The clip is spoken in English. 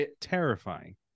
terrifying